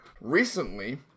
Recently